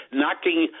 knocking